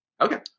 Okay